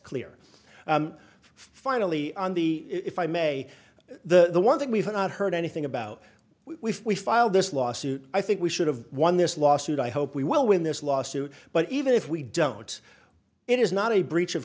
clear finally on the if i may the one thing we have not heard anything about we filed this lawsuit i think we should have won this lawsuit i hope we will win this lawsuit but even if we don't it is not a breach of